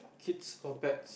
kids or pets